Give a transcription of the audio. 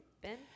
Ben